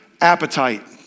appetite